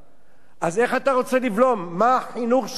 מה החינוך שאנחנו יכולים לתת לבנינו